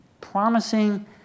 promising